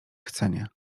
chcenie